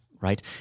right